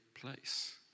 place